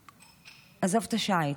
עזוב את השיט.